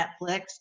Netflix